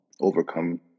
overcome